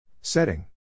Setting